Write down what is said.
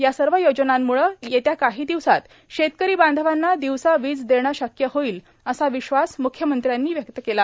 या सर्व योजनांमुळे येत्या काही दिवसात शेतकरी बांधवांना दिवसा वीज देणे शक्य होईल असा विश्वास म्ख्यमंत्र्यांनी व्यक्त केला